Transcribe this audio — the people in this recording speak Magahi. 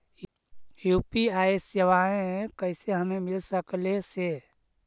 यु.पी.आई सेवाएं कैसे हमें मिल सकले से?